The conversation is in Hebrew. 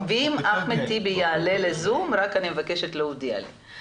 ואם אחמד טיבי יעלה לזום, אני מבקשת להודיע לי.